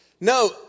No